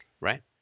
right